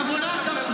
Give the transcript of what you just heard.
אני בחוץ.